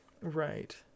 right